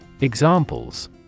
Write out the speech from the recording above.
Examples